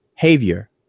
behavior